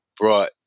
brought